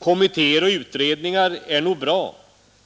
Kommittéer och utredningar är nog bra,